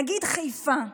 נניח חיפה.